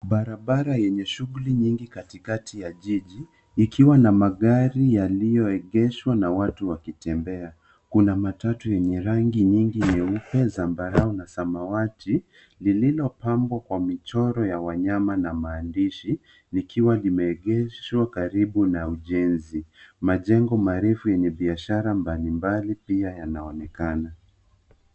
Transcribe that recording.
Barabara yenye shuguli nyingi katikati ya jiji ikiwa na magari yaliyoegeshwa na watu wakitembea. Kuna matatu yenye rangi nyingi nyeupe, zambarau na samawati lililopambwa kwa michoro ya wanyama na maandishi likiwa limeegeshwa karibu na ujenzi. Majengo marefu yenye biashara mbalimbali pia yanaonekana.